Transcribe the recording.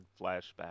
flashback